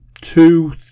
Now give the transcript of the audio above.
two